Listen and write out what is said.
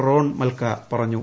Ron Malka പറഞ്ഞു